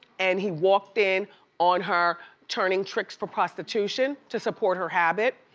and he walked in on her turning tricks for prostitution, to support her habit,